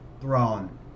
throne